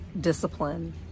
discipline